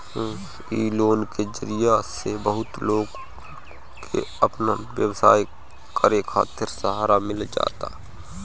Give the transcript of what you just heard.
इ लोन के जरिया से बहुते लोग के आपन व्यवसाय करे खातिर सहारा मिल जाता